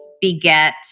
beget